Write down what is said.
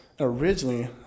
Originally